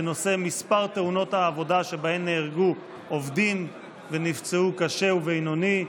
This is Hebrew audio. בנושא: מספר תאונות העבודה שבהן נהרגו עובדים ונפצעו קשה ובינוני,